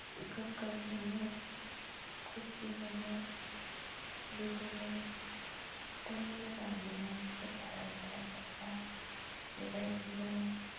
गोग्गोम मोनो खुसि मोनो बिदिनो जोंबो मोजां मोनो जेब्ला राइजो राजाफोरा बेबायदिनो